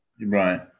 Right